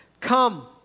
Come